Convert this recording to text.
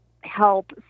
help